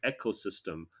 ecosystem